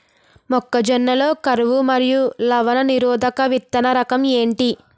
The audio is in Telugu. జొన్న లలో కరువు మరియు లవణ నిరోధక విత్తన రకం ఏంటి?